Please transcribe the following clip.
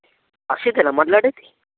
అక్షిత్ ఏనా మాట్లాడేది